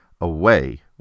away